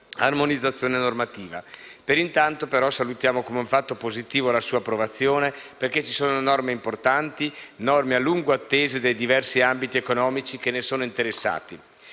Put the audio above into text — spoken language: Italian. Intanto salutiamo però come un fatto positivo la sua approvazione, perché ci sono norme importanti, norme a lungo attese dai diversi ambiti economici che ne sono interessati.